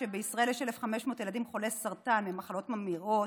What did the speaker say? יש בישראל יש 1,500 ילדים חולי סרטן ומחלות ממאירות